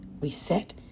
reset